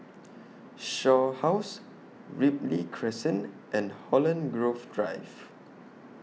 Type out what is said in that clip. Shaw House Ripley Crescent and Holland Grove Drive